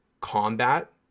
combat